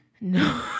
no